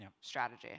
strategy